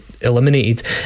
eliminated